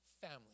family